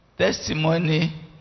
Testimony